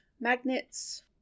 Magnets